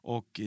Och